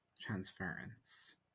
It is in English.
Transference